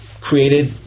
created